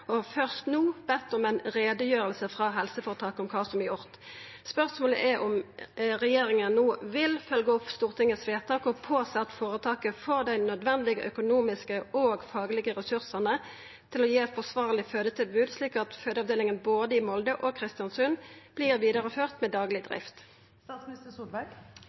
og har først no bedt om ei utgreiing frå helseføretaket om kva som er gjort. Spørsmålet er om regjeringa no vil følgja opp Stortingets vedtak og sjå til at føretaket får dei nødvendige økonomiske og faglege ressursane til å gi eit forsvarleg fødetilbod, slik at fødeavdelingane både i Molde og i Kristiansund vert vidareførte med dagleg